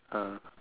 ah